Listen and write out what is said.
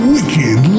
Wicked